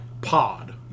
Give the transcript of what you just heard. Pod